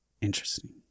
Interesting